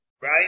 Right